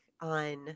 on